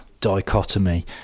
dichotomy